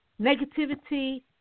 Negativity